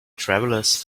travelers